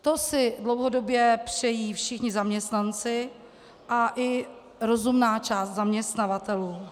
To si dlouhodobě přejí všichni zaměstnanci a i rozumná část zaměstnavatelů.